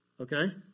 okay